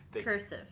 Cursive